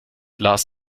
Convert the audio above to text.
las